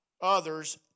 others